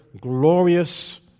glorious